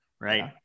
right